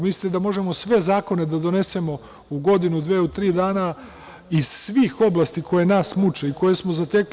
Mislim da možemo sve zakone da donesemo u godinu, dve, tri dana iz svih oblasti koje nas muče i koje smo zatekli.